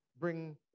bring